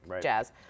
jazz